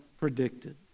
predicted